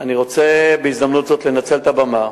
אני רוצה בהזדמנות זו לנצל את הבמה